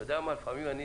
לפעמים אני